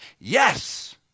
Yes